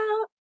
out